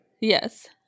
Yes